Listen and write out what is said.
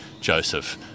Joseph